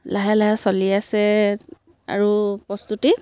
লাহে লাহে চলি আছে আৰু প্ৰস্তুতি